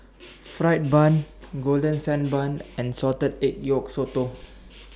Fried Bun Golden Sand Bun and Salted Egg Yolk Sotong